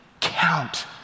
count